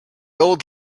old